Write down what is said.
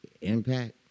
impact